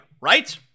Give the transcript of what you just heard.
right